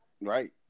Right